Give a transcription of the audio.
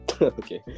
Okay